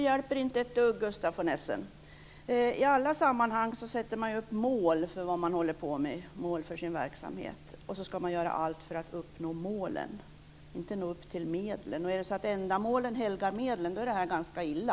Herr talman! Jag har läst, men det hjälper inte ett dugg, Gustaf von Essen. I alla sammanhang sätter man upp mål för sin verksamhet, och så ska man göra allt för att uppnå målen, inte att nå upp till medlen. Är det så att ändamålen helgar medlen är det ganska illa.